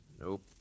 Nope